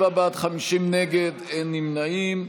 27 בעד, 50 נגד, אין נמנעים.